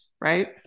right